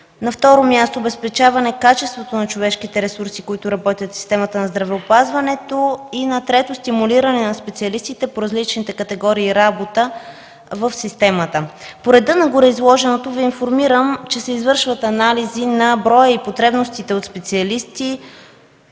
На второ място, обезпечаване качеството на човешките ресурси, които работят в системата на здравеопазването, и на трето – стимулиране на специалистите по различните категории работа в системата. По реда на гореизложеното Ви информирам, че се извършват анализи на броя и потребностите от специалисти